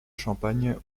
champagne